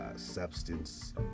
substance